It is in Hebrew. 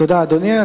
תודה, אדוני.